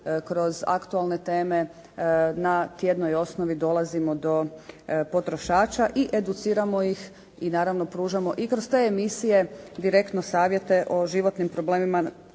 kroz aktualne teme na tjednoj osnovi dolazimo do potrošača i educiramo ih i naravno pružamo i kroz te emisije direktno savjete o životnim problemima